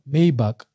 Maybach